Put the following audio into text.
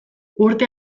urte